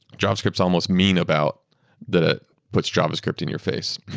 javascript's almost mean about that ah puts javascript in your face.